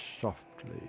softly